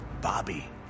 Bobby